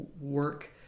work